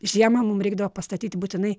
žiemą mum reikdavo pastatyti būtinai